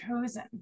chosen